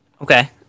okay